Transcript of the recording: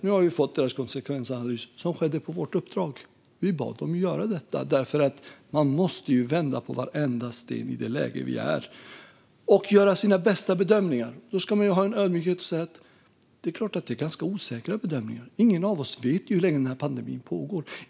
Nu har vi fått deras konsekvensanalys, som gjordes på vårt uppdrag. Vi bad dem att göra detta därför att man måste vända på varenda sten i det läge vi är i. Man måste också göra sina bästa bedömningar. Då ska man ha en ödmjukhet och säga att detta såklart är ganska osäkra bedömningar - ingen av oss vet hur länge denna pandemi pågår.